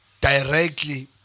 directly